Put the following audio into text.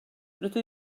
rydw